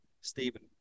Stephen